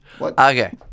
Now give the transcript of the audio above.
Okay